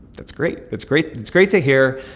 that's great. that's great. that's great to hear.